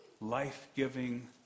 life-giving